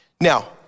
Now